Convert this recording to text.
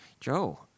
Joe